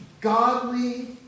godly